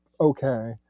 okay